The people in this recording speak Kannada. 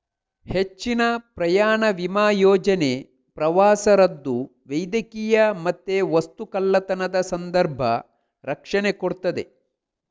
ಹೆಚ್ಚಿನ ಪ್ರಯಾಣ ವಿಮಾ ಯೋಜನೆ ಪ್ರವಾಸ ರದ್ದು, ವೈದ್ಯಕೀಯ ಮತ್ತೆ ವಸ್ತು ಕಳ್ಳತನದ ಸಂದರ್ಭ ರಕ್ಷಣೆ ಕೊಡ್ತದೆ